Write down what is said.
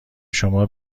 شما